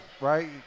right